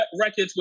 records